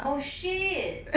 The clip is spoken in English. oh shit